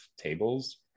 tables